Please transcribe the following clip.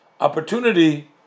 opportunity